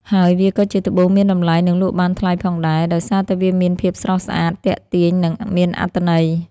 ហើយវាក៏ជាត្បូងមានតម្លៃនិងលក់បានថ្លៃផងដែរ ដោយសារតែវាមានភាពស្រស់ស្អាត ទាក់ទាញនិងមានអត្ថន័យ។